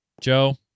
Joe